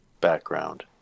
background